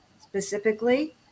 specifically